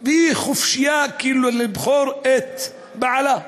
והיא חופשייה לבחור את בעלה,